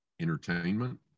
entertainment